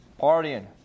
Partying